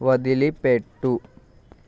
వదిలిపెట్టు